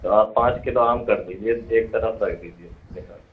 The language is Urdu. تو آپ پانچ کلو آم کر دیجیے ایک طرف رکھ دیجیے نکال کر